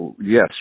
yes